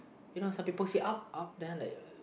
you know some people some people say up up then like uh